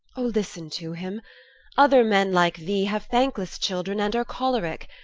o listen to him other men like thee have thankless children and are choleric,